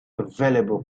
available